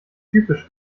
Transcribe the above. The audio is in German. typisch